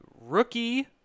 Rookie